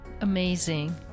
amazing